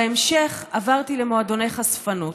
בהמשך עברתי למועדוני חשפנות.